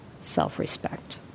self-respect